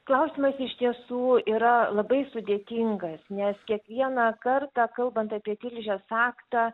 klausimas iš tiesų yra labai sudėtingas nes kiekvieną kartą kalbant apie tilžės aktą